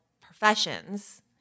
professions